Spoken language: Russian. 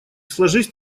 сложись